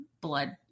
blood